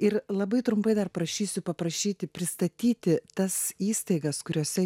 ir labai trumpai dar prašysiu paprašyti pristatyti tas įstaigas kuriose